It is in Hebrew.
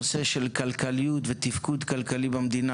נושא הכלכליות ותפקוד כלכלי במדינה,